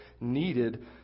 needed